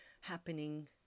happening